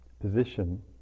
position